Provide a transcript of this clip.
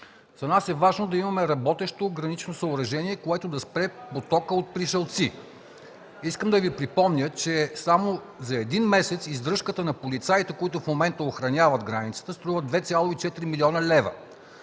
За нас е важно да имаме работещо гранично съоръжение, което да спре потока от пришълци. Искам да Ви припомня, че само за един месец издръжката на полицаите, които в момента охраняват границата, струва 2,4 млн. лв.